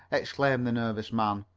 exclaimed the nervous man.